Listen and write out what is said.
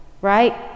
right